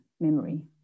memory